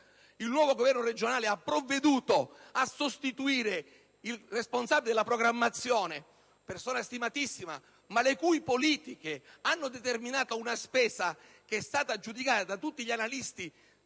Il nuovo governo regionale ha provveduto a sostituire il responsabile della programmazione, persona stimatissima ma le cui politiche hanno determinato una spesa giudicata da tutti gli analisti